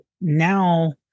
now